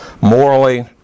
morally